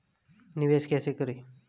निवेश कैसे करें?